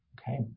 Okay